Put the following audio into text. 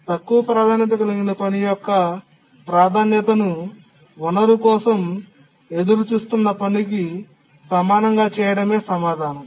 తక్కువ ప్రాధాన్యత కలిగిన పని యొక్క ప్రాధాన్యతను వనరు కోసం ఎదురుచూస్తున్న పనికి సమానంగా చేయడమే సమాధానం